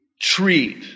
treat